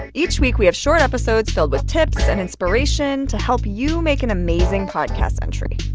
and each week, we have short episodes filled with tips and inspiration to help you make an amazing podcast entry.